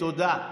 תודה.